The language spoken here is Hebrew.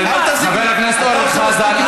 חבר הכנסת אורן חזן,